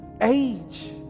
Age